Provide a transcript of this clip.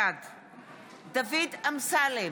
בעד דוד אמסלם,